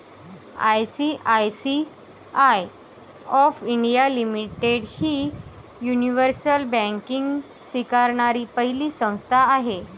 ICICI of India limited ही universal banking स्वीकारणारी पहिली संस्था आहे